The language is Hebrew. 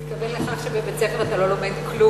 אני לא יודעת אם הוא התכוון לכך שבבית-ספר אתה לא לומד כלום,